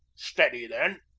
steady, then!